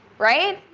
right?